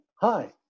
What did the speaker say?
hi